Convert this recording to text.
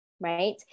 right